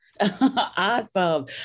Awesome